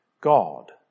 God